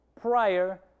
prior